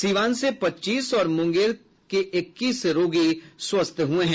सिवान से पच्चीस और मुंगेर के इक्कीस रोगी ठीक हुए हैं